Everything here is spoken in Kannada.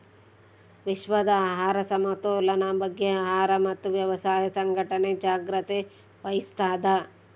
ವಿಶ್ವದ ಆಹಾರ ಸಮತೋಲನ ಬಗ್ಗೆ ಆಹಾರ ಮತ್ತು ವ್ಯವಸಾಯ ಸಂಘಟನೆ ಜಾಗ್ರತೆ ವಹಿಸ್ತಾದ